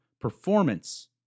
performance